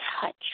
touch